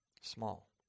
Small